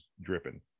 dripping